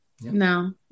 no